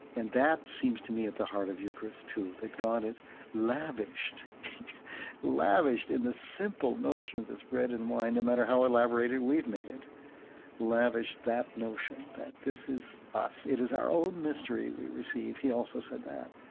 and that seems to me at the heart of eucharist, too, that god has lavished lavished in the simple notion of this bread and wine no matter how elaborated we've made it lavished that notion, that this is us. it is our own mystery we receive. he also said that.